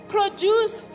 Produce